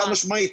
חד משמעית,